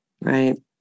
Right